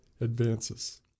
advances